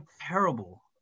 terrible